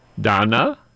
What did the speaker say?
Donna